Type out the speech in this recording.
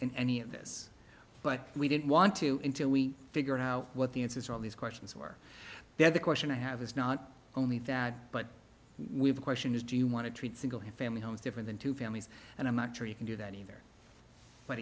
in any of this but we didn't want to until we figure out what the answers are all these questions were there the question i have is not only that but we have a question is do you want to treat single family homes different than two families and i'm not sure you can do that either but